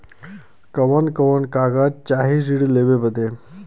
कवन कवन कागज चाही ऋण लेवे बदे?